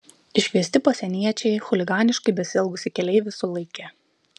iškviesti pasieniečiai chuliganiškai besielgusį keleivį sulaikė